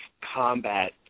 combat